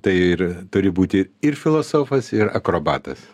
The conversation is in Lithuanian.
tai ir turi būti ir filosofas ir akrobatas